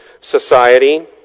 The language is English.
society